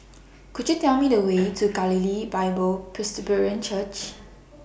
Could YOU Tell Me The Way to Galilee Bible Presbyterian Church